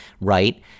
Right